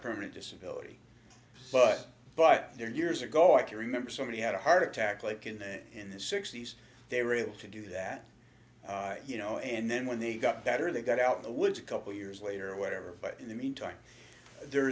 permanent disability but but there years ago i can remember somebody had a heart attack act like in that in the sixty's they were able to do that you know and then when they got better they got out of the woods a couple years later or whatever but in the meantime there